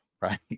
right